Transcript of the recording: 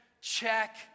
check